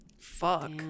fuck